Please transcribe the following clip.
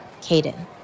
Caden